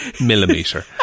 millimeter